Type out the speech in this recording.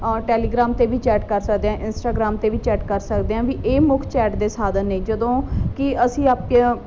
Telegram 'ਤੇ ਵੀ chat ਕਰ ਸਕਦੇ ਹਾਂ ਇੰਸਰਾਗ੍ਰਾਮ 'ਤੇ ਵੀ ਚੈਟ ਕਰ ਸਕਦੇ ਹਾਂ ਵੀ ਇਹ ਮੁੱਖ ਚੈਟ ਦੇ ਸਾਧਨ ਨੇ ਜਦੋਂ ਕਿ ਅਸੀਂ ਆਪਣੇ